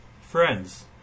friends